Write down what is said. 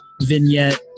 vignette